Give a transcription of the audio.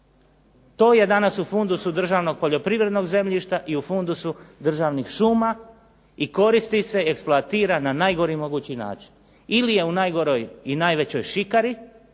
To je danas u fundusu Državnog poljoprivrednog zemljišta i u fundusu državnih šuma i koristi se, eksploatira na najgori mogući način. Ili je u najgoroj i najvećoj šikari,